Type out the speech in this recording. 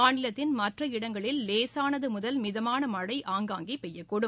மாநிலத்தின் மற்ற இடங்களில் லேசானது முதல் மிதமான மழை ஆங்காங்கே பெய்யக்கூடும்